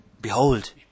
Behold